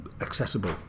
accessible